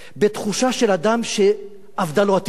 בתחושה של אדם שאבדה לו התקווה,